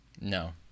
no